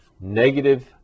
negative